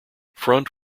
front